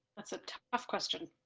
that's a tough question.